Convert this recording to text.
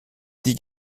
die